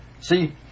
See